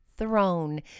Throne